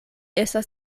estas